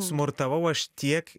smurtavau aš tiek